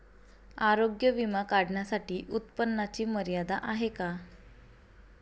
आरोग्य विमा काढण्यासाठी उत्पन्नाची मर्यादा आहे का?